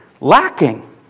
lacking